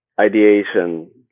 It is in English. ideation